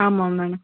ஆமாம் மேடம்